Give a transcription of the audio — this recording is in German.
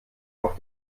auf